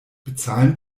bezahlen